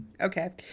okay